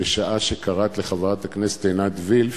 בשעה שקראת לחברת הכנסת עינת וילף